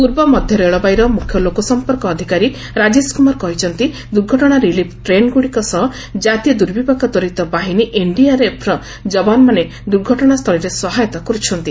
ପୂର୍ବ ମଧ୍ୟ ରେଳବାଇର ମୁଖ୍ୟ ଲୋକସମ୍ପର୍କ ଅଧିକାରୀ ରାଜେଶ୍ କୁମାର କହିଛନ୍ତି ଦୁର୍ଘଟଣା ରିଲିଫ୍ ଟ୍ରେନଗୁଡ଼ିକ ସହ ଜାତୀୟ ଦୁର୍ବିପାକ ତ୍ୱରିତ ବାହିନୀ ଏନ୍ଡିଆର୍ଏଫ୍ର ଯବାନମାନେ ଦୁର୍ଘଟଣାସ୍ଥଳୀରେ ସହାୟତା କରୁଛନ୍ତି